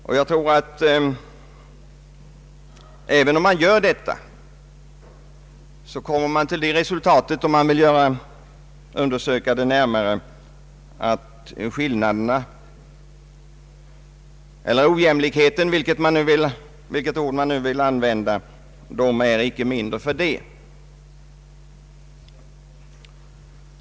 Om man gör detta tror jag man kommer till resultatet att skillnaderna — eller ojämlikheten, vilket ord man nu vill använda — inte är mindre för det.